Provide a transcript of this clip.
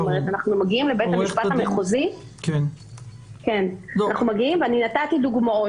אנחנו מגיעים לבית המשפט המחוזי ואני נתתי דוגמאות